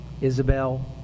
Isabel